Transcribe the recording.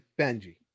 Benji